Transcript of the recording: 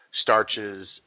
starches